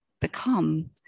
become